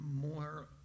more